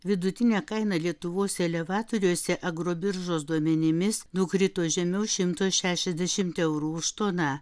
vidutinė kaina lietuvos elevatoriuose agrobiržos duomenimis nukrito žemiau šimto šešiasdešimt eurų už toną